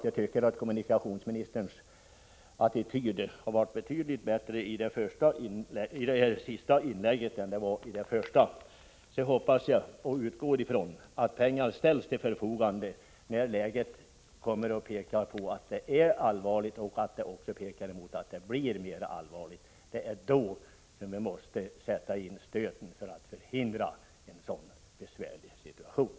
Jag tycker att kommunikationsministerns attityd var betydligt mera positiv i det sista inlägget äni det första, och därför hoppas och utgår jag ifrån att pengar ställs till förfogande när läget är allvarligt eller verkar bli mera allvarligt. Då måste vi sätta in stöten för att förhindra en besvärlig situation.